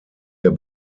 der